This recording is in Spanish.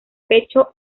pecho